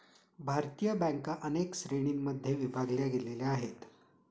भारतीय बँका अनेक श्रेणींमध्ये विभागल्या गेलेल्या आहेत